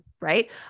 right